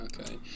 okay